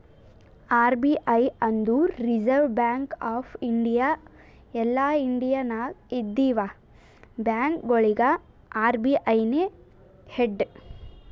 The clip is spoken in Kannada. ಆರ್.ಬಿ.ಐ ಅಂದುರ್ ರಿಸರ್ವ್ ಬ್ಯಾಂಕ್ ಆಫ್ ಇಂಡಿಯಾ ಎಲ್ಲಾ ಇಂಡಿಯಾ ನಾಗ್ ಇದ್ದಿವ ಬ್ಯಾಂಕ್ಗೊಳಿಗ ಅರ್.ಬಿ.ಐ ನೇ ಹೆಡ್